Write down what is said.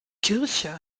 kirche